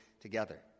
together